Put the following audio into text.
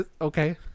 Okay